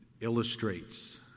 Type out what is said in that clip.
illustrates